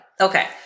Okay